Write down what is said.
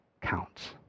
counts